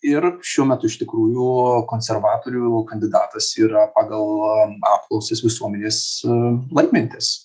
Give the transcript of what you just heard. ir šiuo metu iš tikrųjų konservatorių kandidatas yra pagal apklausas visuomenės laimintis